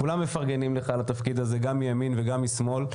כולם מפרגנים לך על התפקיד הזה, מימין ומשמאל.